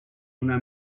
una